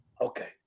Okay